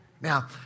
Now